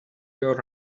your